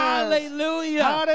Hallelujah